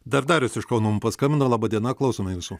dar darius iš kauno mum paskambino laba diena klausome jūsų